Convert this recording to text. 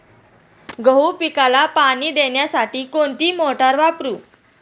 गहू पिकाला पाणी देण्यासाठी कोणती मोटार वापरू?